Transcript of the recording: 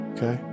Okay